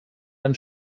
ein